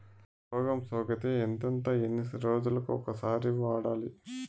రోగం సోకితే ఎంతెంత ఎన్ని రోజులు కొక సారి వాడాలి?